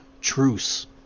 truce